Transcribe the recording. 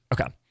Okay